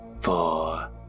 four